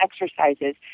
exercises